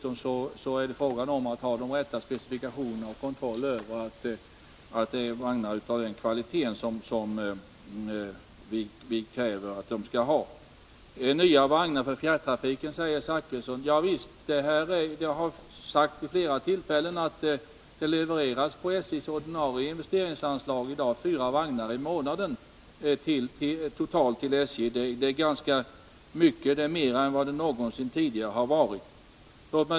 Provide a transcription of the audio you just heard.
Om pendeltågstra Bertil Zachrisson nämner nya vagnar för fjärrtrafiken. Ja visst! Jag har sagt fiken i Stockvid flera tillfällen att det på SJ:s ordinarie investeringsanslag i dag levereras holmsområdet, fyra vagnar i månaden. Det är ganska mycket — det är mera än vad det m.m. någonsin tidigare har varit.